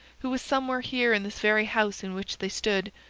who was somewhere here in this very house in which they stood,